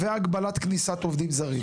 והגבלת כניסת עובדים זרים.